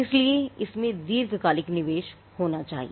इसलिए इसमें दीर्घकालिक निवेश होना चाहिए